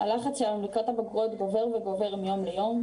הלחץ שלנו לקראת הבגרויות הולך וגובר מיום ליום,